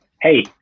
hey